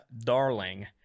darling